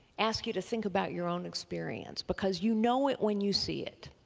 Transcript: ask you to think about your own experience because you know it when you see it.